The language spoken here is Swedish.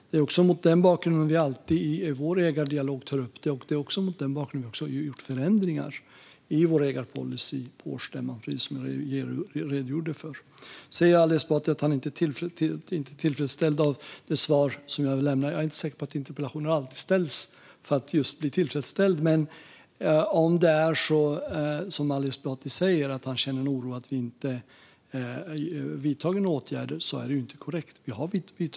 Det är mot den bakgrunden vi alltid tar upp detta i vår ägardialog. Det var också mot den bakgrunden som vi på årsstämman gjorde förändringar i vår ägarpolicy, precis som jag redogjorde för. Ali Esbati säger att han inte är tillfredsställd med det svar som jag lämnade. Jag är inte säker på att interpellationer alltid ställs för att man just ska bli tillfredsställd. Men om det är så som Ali Esbati säger, att han känner en oro över att vi inte har vidtagit några åtgärder, kan jag säga att det inte är korrekt att vi inte har vidtagit några åtgärder.